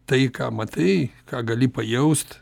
tai ką matai ką gali pajaust